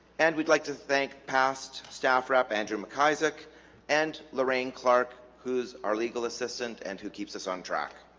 and we'd like to thank past staff rapp andrew macisaac and lorraine clark who's our legal assistant and who keeps us on track